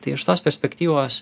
tai iš tos perspektyvos